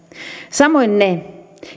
samoin ne